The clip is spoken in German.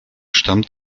stammt